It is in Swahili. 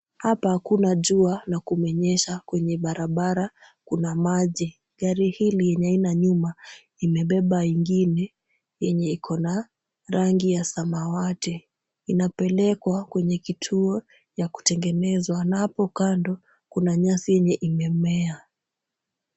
Hapa kuna jua na kumenyesha kwenye barabara kuna maji. Gari hili yenye haina nyuma, imebeba ingine yenye iko na rangi ya samawati. Inapelekwa kwenye kituo ya kutengenezwa na hapo kando kuna nyasi yenye imemea.